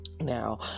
now